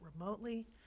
remotely